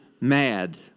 MAD